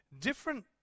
different